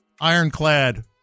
ironclad